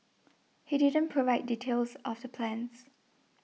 he didn't provide details of the plans